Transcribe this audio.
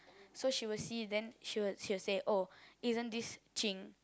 so she will see then she will she will say oh isn't this Jing